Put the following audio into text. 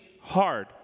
hard